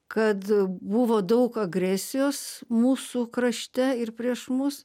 kad buvo daug agresijos mūsų krašte ir prieš mus